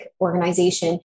Organization